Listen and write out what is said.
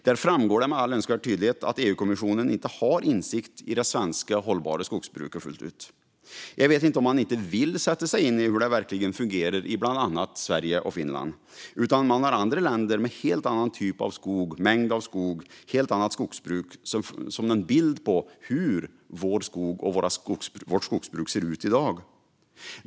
Det framgår med all önskvärd tydlighet att EU-kommissionen inte har insikt i det svenska hållbara skogsbruket fullt ut. Jag vet inte om man inte vill sätta sig in i hur det verkligen fungerar i bland annat Sverige och Finland, utan att man har andra länder med en helt annan typ av skog, mängd av skog och helt annat skogsbruk som någon bild av hur våra skogar och vårt skogsbruk ser ut i dag.